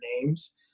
names